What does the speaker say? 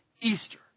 Easter